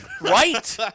Right